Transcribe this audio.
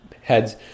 heads